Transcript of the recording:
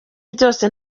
byose